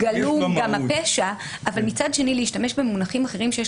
גלום בה גם הפשע אבל מצד שני להשתמש במונחים אחרים שיש